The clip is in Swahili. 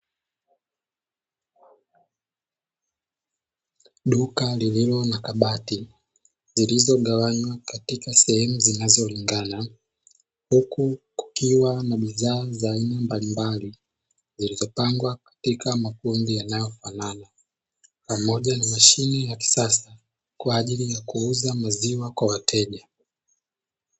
Duka lililo na kabati, zilizogawanywa katika sehemu zinazolingana, huku kukiwa na bidhaa za aina mbalimbali zilizopangwa katika makundi yanayofanana pamoja na mashine ya kisasa kwaajili ya kuuza maziwa kwa wateja.